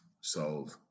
solve